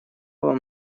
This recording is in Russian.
вам